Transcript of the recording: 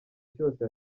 cyose